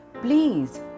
Please